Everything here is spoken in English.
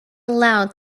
allowed